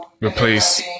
replace